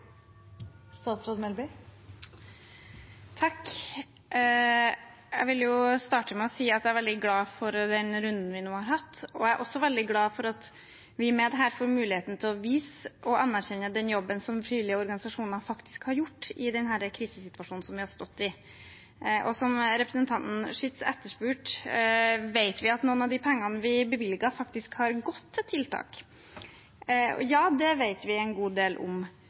har hatt. Jeg er også veldig glad for at vi med dette får muligheten til å vise og anerkjenne den jobben som frivillige organisasjoner faktisk har gjort i den krisesituasjonen vi har stått i. Som representanten Schytz etterspurte – vet vi at noen av de pengene vi bevilget, faktisk har gått til tiltak? Ja, det vet vi en god del om.